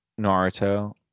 Naruto